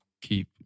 keep